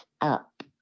up